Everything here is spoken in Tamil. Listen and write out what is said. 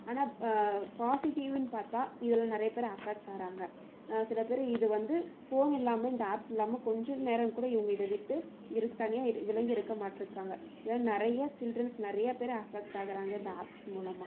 ஆனால் பாசிட்டிவ்னு பார்த்தா இதில் நிறைய பேர் அஃபெக்ட் ஆகிறாங்க சில பேர் இது வந்து ஃபோன் இல்லாமல் இந்த ஆப் இல்லாமல் கொஞ்சம் நேரம் கூட இவங்க இதை விட்டு இருக்க தனியாக விலகி இருக்க மாட்டேறாங்க இதில் நிறையா சில்ட்ரன்ஸ் நிறையா பேர் அஃபெக்ட் ஆகுகிறாங்க இந்த ஆப்ஸ் மூலமாக